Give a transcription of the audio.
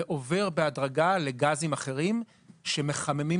ועובר בהדרגה לגזים אחרים שמחממים